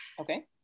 Okay